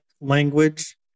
language